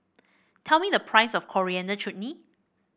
tell me the price of Coriander Chutney